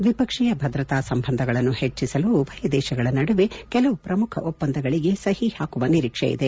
ದ್ವಿಪಕ್ಷೀಯ ಭದ್ರತಾ ಸಂಬಂಧಗಳನ್ನು ಹೆಚ್ಚಿಸಲು ಉಭಯ ದೇಶಗಳ ನದುವೆ ಕೆಲವು ಪ್ರಮುಖ ಒಪ್ಪಂದಗಳಿಗೆ ಸಹಿ ಹಾಕುವ ನಿರೀಕ್ಷೆ ಇದೆ